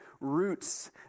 roots